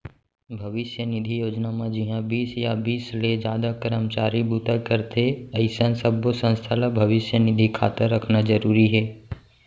भविस्य निधि योजना म जिंहा बीस या बीस ले जादा करमचारी बूता करथे अइसन सब्बो संस्था ल भविस्य निधि खाता रखना जरूरी हे